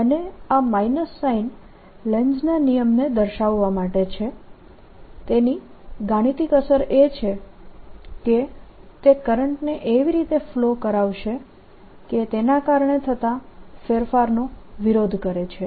અને આ minus sign લેન્ઝના નિયમને દર્શાવવા માટે છે તેની ગાણિતિક અસર એ છે કે તે કરંટને એવી રીતે ફ્લો કરાવશે કે તે તેના કારણે થતા ફેરફારનો વિરોધ કરે છે